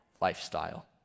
lifestyle